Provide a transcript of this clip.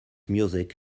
music